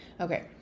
Okay